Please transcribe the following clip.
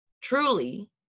Truly